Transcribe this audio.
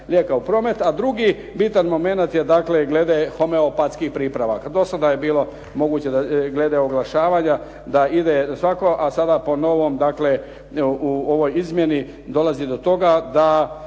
lijeka u promet. A drugi bitan momenat je dakle glede homeopatskih pripravaka. Do sada je bilo moguće glede oglašavanja da ide svako, a sada po novom dakle u ovoj izmjeni dolazi do toga da